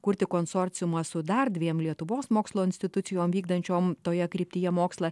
kurti konsorciumą su dar dviem lietuvos mokslo institucijom vykdančiom toje kryptyje mokslą